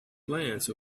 glance